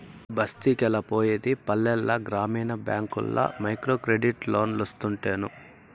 బస్తికెలా పోయేది పల్లెల గ్రామీణ బ్యాంకుల్ల మైక్రోక్రెడిట్ లోన్లోస్తుంటేను